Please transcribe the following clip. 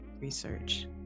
research